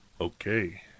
Okay